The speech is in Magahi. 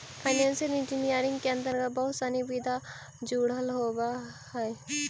फाइनेंशियल इंजीनियरिंग के अंतर्गत बहुत सनि विधा जुडल होवऽ हई